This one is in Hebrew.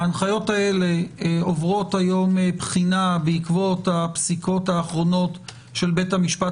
ההנחיות האלה עוברות היום בחינה בעקבות הפסיקות האחרונות של בית המשפט